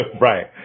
right